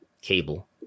cable